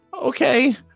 Okay